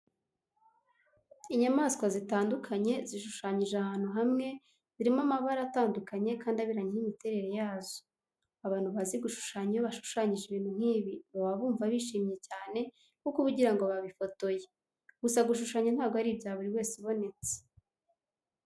Inyamaswa zitandukanye zishushanyije ahantu hamwe, zirimo amabara atandukanye kandi aberanye n'imiterere yazo. Abantu bazi gushushanya iyo bashushanyije ibintu nk'ibi, baba bumva bishimye cyane kuko uba ugira ngo babifotoye. Gusa gushushanya ntabwo ari ibya buri wese ubonetse.